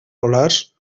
polars